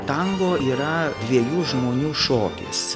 tango yra dviejų žmonių šokis